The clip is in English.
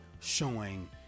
showing